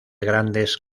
grandes